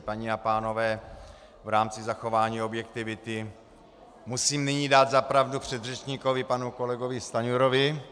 Paní a pánové, v rámci zachování objektivity musím nyní dát za pravdu předřečníkovi panu kolegovi Stanjurovi.